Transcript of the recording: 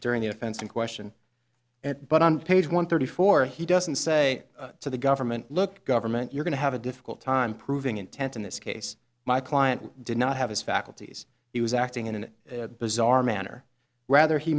during the offense in question but on page one thirty four he doesn't say to the government look government you're going to have a difficult time proving intent in this case my client did not have his faculties he was acting in an bizarre manner rather he